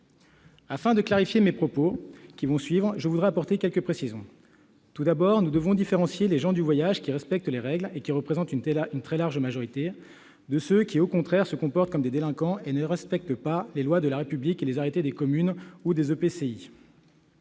Afin de clarifier mes propos, je voudrais apporter quelques précisions. Tout d'abord, nous devons différencier les gens du voyage qui respectent les règles et représentent une très large majorité de ceux qui, au contraire, se comportent comme des délinquants et ne respectent pas les lois de la République et les arrêtés des communes ou des EPCI.